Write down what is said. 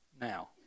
now